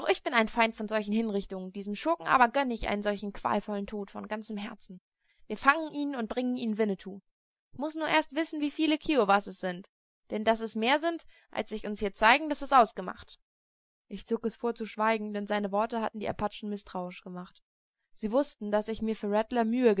ich bin ein feind von solchen hinrichtungen diesem schurken aber gönne ich einen solchen qualvollen tod von ganzem herzen wir fangen ihn und bringen ihn winnetou muß nur erst wissen wie viel kiowas es sind denn daß es mehr sind als sich uns hier zeigen das ist ausgemacht ich zog es vor zu schweigen denn seine worte hatten die apachen mißtrauisch gemacht sie wußten daß ich mir für rattler mühe